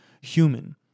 human